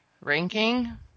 Ranking